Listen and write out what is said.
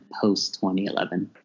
post-2011